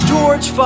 George